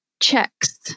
checks